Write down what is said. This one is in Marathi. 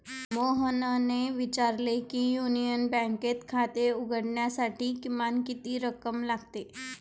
मोहनने विचारले की युनियन बँकेत खाते उघडण्यासाठी किमान किती रक्कम लागते?